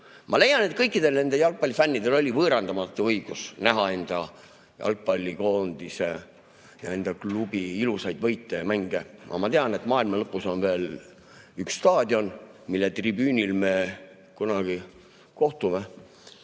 Ma leian, et kõikidel nendel jalgpallifännidel oli võõrandamatu õigus näha enda jalgpallikoondise ja enda klubi ilusaid võite ja mänge. Aga ma tean, et maailma lõpus on veel üks staadion, mille tribüünil me kunagi kohtume,